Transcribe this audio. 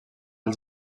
als